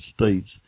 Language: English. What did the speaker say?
states